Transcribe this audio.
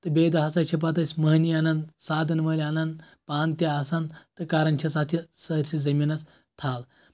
تہٕ بیٚیہِ دۄہ ہسا چھِ پَتہٕ أسۍ مٔہنی اَنان سادن وٲلۍ اَنان پانہٕ تہِ آسان تہٕ کران چھِس اَتھ یہِ سٲرسٕے زٔمیٖنَس تھل